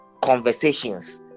conversations